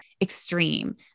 extreme